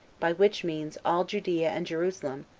by which means all judea and jerusalem,